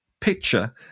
Picture